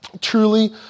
truly